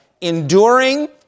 enduring